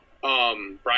Brian